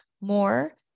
more